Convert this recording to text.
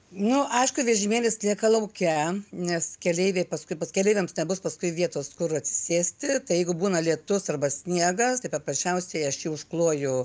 nu aišku vežimėlis lieka lauke nes keleiviai paskui bus pakeleiviams nebus paskui vietos kur atsisėsti jeigu būna lietus arba sniegas taip paprasčiausiai aš jį užkloju